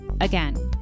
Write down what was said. again